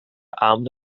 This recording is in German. abend